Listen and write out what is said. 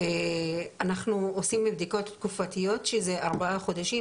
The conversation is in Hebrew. אנחנו עושים בדיקות תקופתיות שזה ארבעה חודשים,